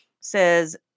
says